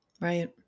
Right